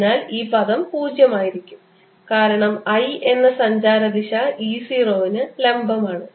അതിനാൽ ഈ പദം 0 ആയിരിക്കും കാരണം i എന്ന സഞ്ചാര ദിശ E 0 ന് ലംബമാണ്